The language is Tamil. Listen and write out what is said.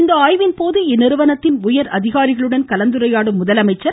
இந்த ஆய்வின்போது இந்நிறுவனத்தின் உயரதிகாரிகளோடு கலந்துரையாடும் முதலமைச்சர்